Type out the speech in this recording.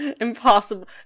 Impossible